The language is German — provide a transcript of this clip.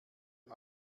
die